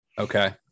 Okay